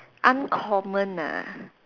uncommon ah